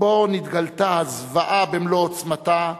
שבו נתגלתה הזוועה במלוא עוצמתה,